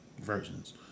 versions